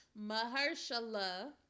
Mahershala